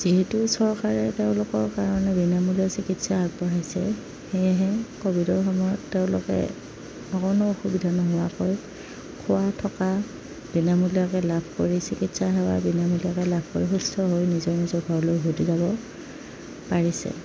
যিহেতু চৰকাৰে তেওঁলোকৰ কাৰণে বিনামূলীয়া চিকিৎসা আগবঢ়াইছে সেয়েহে ক'ভিডৰ সময়ত তেওঁলোকে অকণো অসুবিধা নোহোৱাকৈ খোৱা থকা বিনামূলীয়াকৈ লাভ কৰি চিকিৎসা সেৱা বিনামূলীয়াকৈ লাভ কৰি সুস্থ হৈ নিজৰ নিজৰ ঘৰলৈ উভতি যাব পাৰিছে